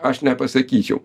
aš nepasakyčiau